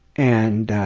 and